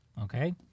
okay